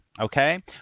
Okay